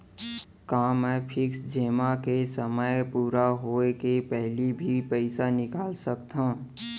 का मैं फिक्स जेमा के समय पूरा होय के पहिली भी पइसा निकाल सकथव?